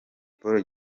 paul